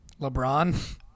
LeBron